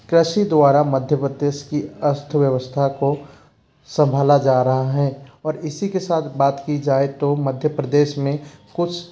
कृषि द्वारा मध्य प्रदेश की अस्थव्यवस्था को संभाला जा रहा है और इसी के साथ बात की जाए तो मध्य प्रदेश में कुछ